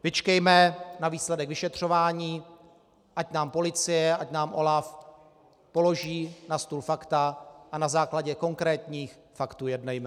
Vyčkejme na výsledek vyšetřování, ať nám policie, ať nám OLAF položí na stůl fakta, a na základě konkrétních faktů jednejme.